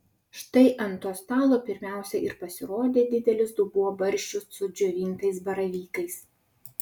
štai ant to stalo pirmiausia ir pasirodė didelis dubuo barščių su džiovintais baravykais